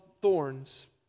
thorns